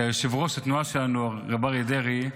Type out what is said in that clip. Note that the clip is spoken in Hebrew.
שיושב-ראש התנועה שלנו, הרב אריה דרעי,